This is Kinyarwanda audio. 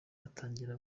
atangira